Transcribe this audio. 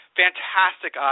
fantastic